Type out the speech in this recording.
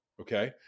okay